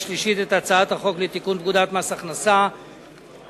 שלישית את הצעת חוק לתיקון פקודת מס הכנסה (מס'